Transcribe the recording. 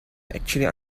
actually